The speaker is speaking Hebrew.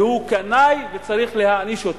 והוא קנאי, וצריך להעניש אותו.